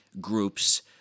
groups